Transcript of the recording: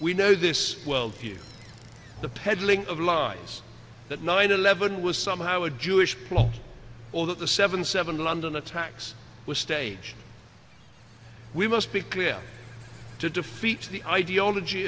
we know this well view the peddling of lines that nine eleven was somehow a jewish plot or that the seven seven london attacks was staged we must be clear to defeat the ideology